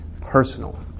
personal